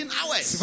hours